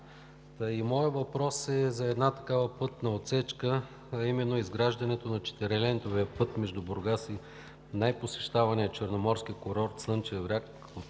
Моят въпрос е за една такава пътна отсечка, а именно – изграждането на четирилентовия път между Бургас и най посещавания черноморски курорт Слънчев